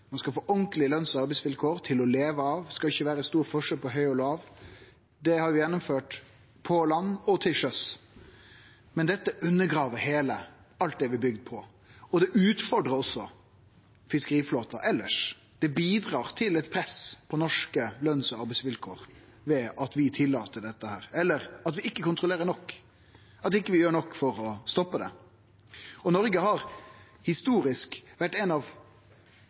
Ein skal få ordentlege løns- og arbeidsvilkår, til å leve av, det skal ikkje vere stor forskjell på høg og låg. Det har vi gjennomført på land – og til sjøs. Men dette undergrev det heile, alt det vi har bygd på, og det utfordrar også fiskeriflåten elles. Det bidreg til eit press på norske løns- og arbeidsvilkår ved at vi tillèt dette, eller ved at vi ikkje kontrollerer nok, at vi ikkje gjer nok for å stoppe det. Noreg har historisk vore eit av